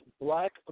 black